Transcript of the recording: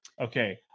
Okay